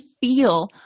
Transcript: feel